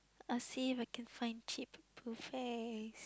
I will see if I can find cheap buffet